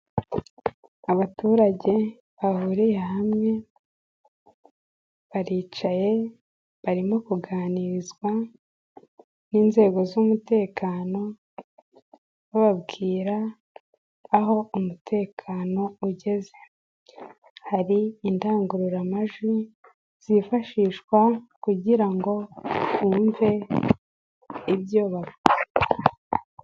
Abaturage bahuriye hamwe baricaye, barimo kuganirizwa n'inzego z'umutekano, bababwira aho umutekano ugeze. Hari indangururamajwi zifashishwa kugira ngo bumve ibyo bavuga.